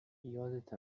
یادت